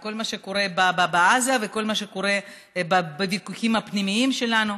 וכל מה שקורה בעזה וכל מה שקורה בוויכוחים הפנימיים שלנו,